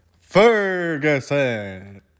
Ferguson